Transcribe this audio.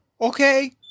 Okay